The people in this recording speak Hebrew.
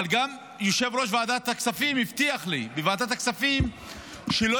גם יושב-ראש ועדת הכספים הבטיח לי בוועדת הכספים שלא